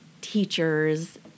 teachers